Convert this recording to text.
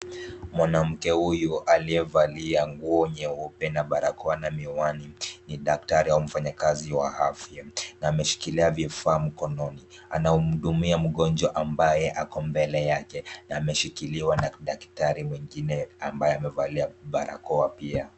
Mwanamke huyu aliyevalia nguo nyeupe na barakoa na miwani ni daktari au mfanyakazi wa afya na ameshikilia vifaa mkononi. Anamhudumia mgonjwa ambaye ako mbele yake na ameshikiliwa na daktari mwingine ambaye amevalia barakoa pia.